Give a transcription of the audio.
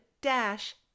dash